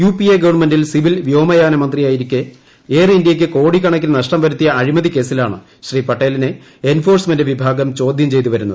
U P A ഗവൺമെന്റിൽ civil വ്യോമയാന മന്ത്രിയായിരിക്കെ എയർ ഇന്ത്യയ്ക്ക് കോടിക്കണക്കിന് നഷ്ടം വരുത്തിയ അഴിമതി കേസിലാണ് ശ്രീ പട്ടേലിനെ എൻഫോഴ്സ്മെന്റ് വിഭാഗം ചോദ്യം ചെയ്ത് വരുന്നത്